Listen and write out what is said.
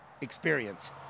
experience